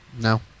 No